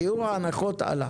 שיעור ההנחות עלה.